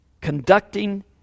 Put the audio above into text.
conducting